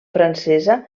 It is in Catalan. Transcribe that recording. francesa